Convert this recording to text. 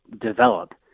develop